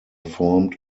formed